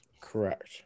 Correct